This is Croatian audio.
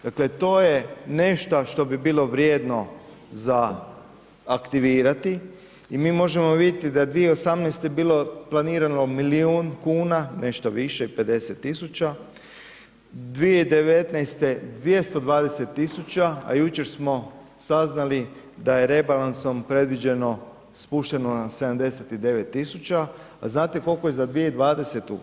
Dakle, to je nešto što bi bilo vrijedno za aktivirati i mi možemo vidjeti da je 2018. bilo planirano milijun kuna, 50 tisuća, 2019. 220 tisuća, a jučer smo saznali da je rebalansom predviđeno, spušteno na 79 tisuća, a znate koliko je za 2020.